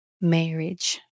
marriage